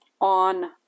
on